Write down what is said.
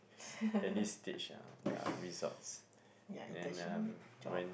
yeah internship